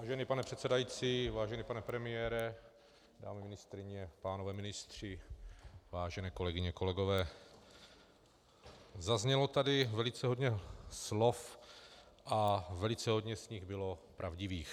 Vážený pane předsedající, vážený pane premiére, paní ministryně, páni ministři, vážené kolegyně, vážení kolegové, zaznělo tady velice hodně slov a velice hodně z nich bylo pravdivých.